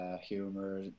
humor